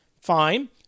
fine